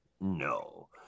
no